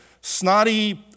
snotty